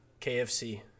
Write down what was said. KFC